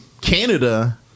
Canada